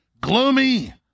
Gloomy